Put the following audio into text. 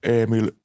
Emil